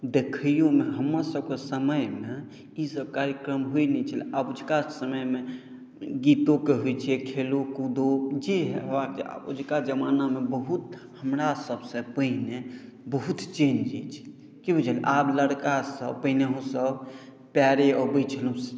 देखैयोमे हमर सबके समयमे ई सब कार्यक्रम होइत नहि छला अजुका समयमे गीतोके होइत छै खेलो कूदो जे होयबाक चाही अजुका जमानामे बहुत हमरा सबसँ पहिने बहुत चेन्ज अछि कि बुझलियै आब लड़का सब पहिने हमसब पैरे अबै छलौ